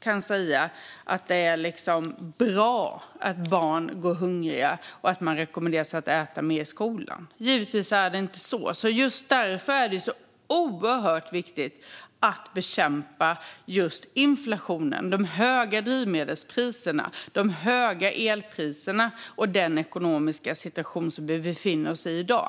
kan säga att det är bra att barn går hungriga och rekommenderas att äta mer i skolan. Givetvis är det inte så. Just därför är det så oerhört viktigt att bekämpa inflationen, de höga drivmedelspriserna, de höga elpriserna och den ekonomiska situation som vi i dag befinner oss i.